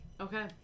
Okay